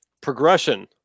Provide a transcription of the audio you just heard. Progression